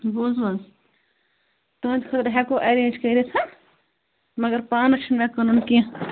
بوٗزوٕ تُہٕنٛدِ خٲطرٕ ہٮ۪کو ایٚرینٛج کٔرِتھ مگر پانَس چھُنہٕ مےٚ کٕنُن کیٚنٛہہ